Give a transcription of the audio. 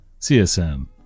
CSM